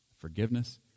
forgiveness